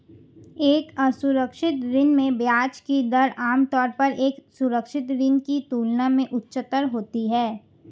एक असुरक्षित ऋण में ब्याज की दर आमतौर पर एक सुरक्षित ऋण की तुलना में उच्चतर होती है?